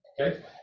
Okay